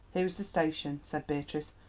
here is the station, said beatrice,